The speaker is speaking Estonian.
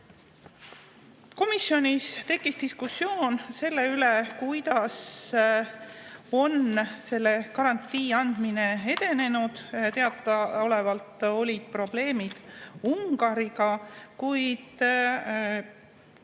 Komisjonis tekkis diskussioon selle üle, kuidas on selle garantii andmine edenenud. Teadaolevalt olid probleemid Ungariga, kuid